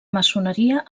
maçoneria